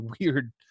weird